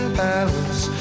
palace